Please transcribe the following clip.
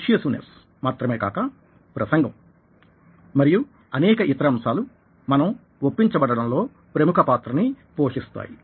persuasiveness మాత్రమే కాక ప్రసంగం మరియు అనేక ఇతర అంశాలు మనం ఒప్పించబడడంలో ప్రముఖ పాత్రని పోషిస్తాయి